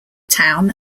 town